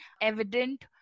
evident